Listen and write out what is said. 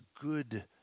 good